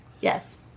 yes